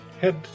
Head